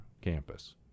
campus